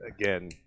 again